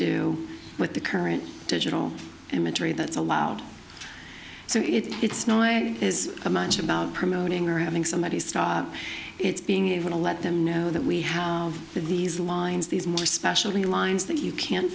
do with the current digital imagery that's allowed so it's not i is a much about promoting or having somebody stop its being able to let them know that we have these lines these more especially lines that you can